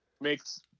makes